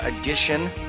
edition